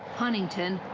huntington,